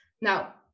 Now